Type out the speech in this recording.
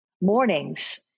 mornings